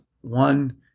one